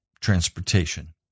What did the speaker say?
transportation